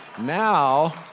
now